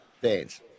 Fans